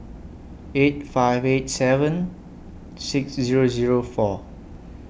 eight five eight seven six Zero Zero four